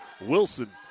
Wilson